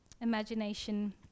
imagination